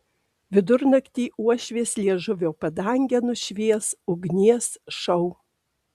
vidurnaktį uošvės liežuvio padangę nušvies ugnies šou